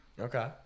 Okay